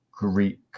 greek